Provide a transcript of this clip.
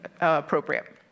appropriate